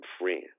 friend